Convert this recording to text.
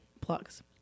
plugs